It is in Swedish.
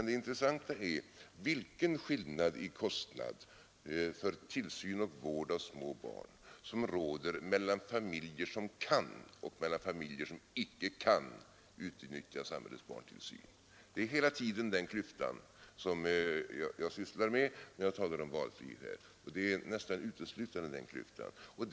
Det intressanta är vilken skillnad i kostnad för tillsyn och vård av små barn som råder mellan familjer som kan och familjer som inte kan utnyttja samhällets barntillsyn. Det är hela tiden nästan uteslutande den klyftan som jag sysslar med när jag talar om valfrihet.